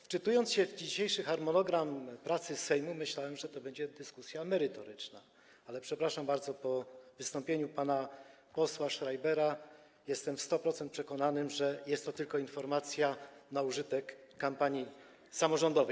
Wczytując się w dzisiejszy harmonogram pracy Sejmu, myślałem, że to będzie dyskusja merytoryczna, ale, przepraszam bardzo, po wystąpieniu pana posła Schreibera jestem w 100% przekonany, że jest to tylko informacja na użytek kampanii samorządowej.